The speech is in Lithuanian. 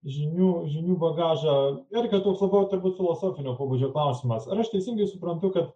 žinių žinių bagažą erika toks labiau turbūt filosofinio pobūdžio klausimas ar aš teisingai suprantu kad